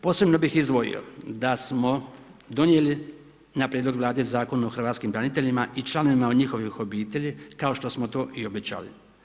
Posebno bih izdvojio da smo donijeli na prijedlog Vlade Zakon o hrvatskim braniteljima i članovima o njihovih obitelji, kao što smo to i obećali.